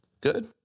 Good